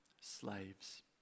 slaves